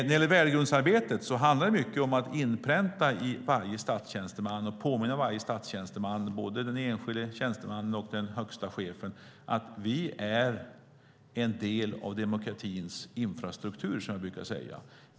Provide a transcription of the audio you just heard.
Värdegrundsarbetet handlar mycket om att inpränta i varje statstjänsteman, både den enskilda tjänstemannen och den högsta chefen, att vi är en del av demokratins infrastruktur.